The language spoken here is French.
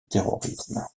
terrorisme